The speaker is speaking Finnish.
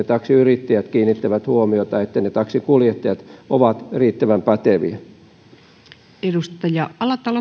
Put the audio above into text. taksiyrittäjät kiinnittävät huomiota että taksinkuljettajat ovat riittävän päteviä